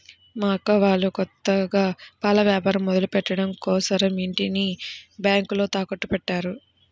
మా అక్క వాళ్ళు కొత్తగా పాల వ్యాపారం మొదలుపెట్టడం కోసరం ఇంటిని బ్యేంకులో తాకట్టుపెట్టారు